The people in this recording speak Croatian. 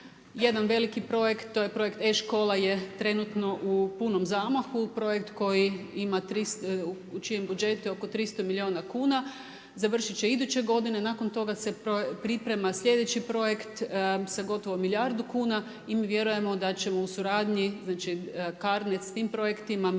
Jedan veliki projekt, to je projekt e-škola je trenutno u punom zamahu. Projekt koji ima 300, u čijem budžetu je oko 300 milijuna kuna. Završit će iduće godine. Nakon toga se priprema sljedeći projekt sa gotovo milijardu kuna i mi vjerujemo da ćemo u suradnji, znači CARNET sa tim projektima,